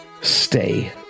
Stay